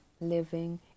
living